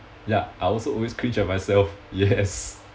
ya I also always cringe at myself yes